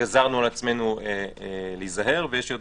גזרנו על עצמנו להיזהר, ויש שם